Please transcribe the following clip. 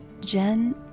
Jen